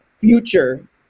future